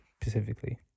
specifically